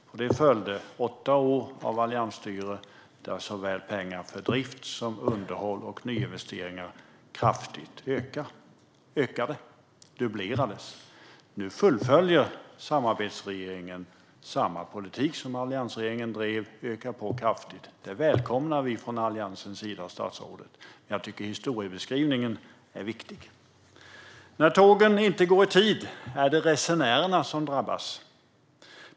På det följde åtta år av alliansstyre, då såväl pengarna för drift och underhåll som nyinvesteringarna ökade kraftigt - dubblerades. Nu fullföljer samarbetsregeringen samma politik som alliansregeringen drev och ökar på kraftigt. Det välkomnar vi från Alliansens sida, statsrådet. Men jag tycker att historiebeskrivningen är viktig. När tågen inte går i tid är det resenärerna som drabbas.